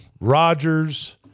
Rodgers